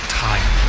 time